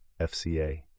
FCA